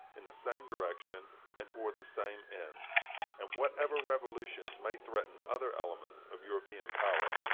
in the same direction and toward the same ends and whatever revolutions may threaten other elements of european power,